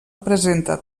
presenta